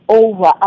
over